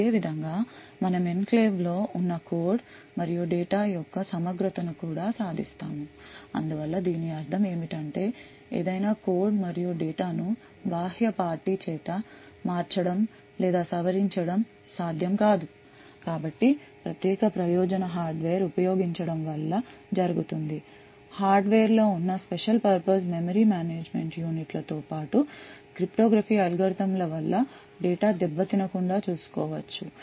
ఇదే విధంగా మనము ఎన్క్లేవ్లో ఉన్న కోడ్ మరియు డేటా యొక్క సమగ్రతను కూడా సాధిస్తాము అందువల్ల దీని అర్థం ఏమిటంటే ఏదైనా కోడ్ మరియు డేటా ను బాహ్య పార్టీ చేత మార్చడం లేదా సవరించడము సాధ్యం కాదు కాబట్టి ప్రత్యేక ప్రయోజన హార్డ్వేర్ ఉపయోగించడం వల్ల జరుగుతుంది హార్డ్వేర్లో ఉన్న స్పెషల్ పర్పస్ మెమరీ మేనేజ్మెంట్ యూనిట్ల తో పాటు cryptography అల్గోరిథంలు వల్ల డేటా దెబ్బ తినకుండా చూసుకో వచ్చు